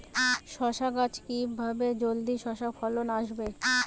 শশা গাছে কিভাবে জলদি শশা ফলন আসবে?